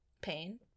Pain